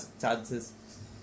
chances